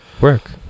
Work